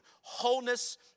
wholeness